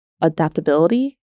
adaptability